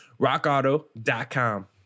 RockAuto.com